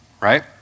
right